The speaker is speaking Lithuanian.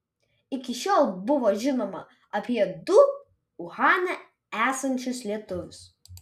iki šiol buvo žinoma apie du uhane esančius lietuvius